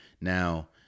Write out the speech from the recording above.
Now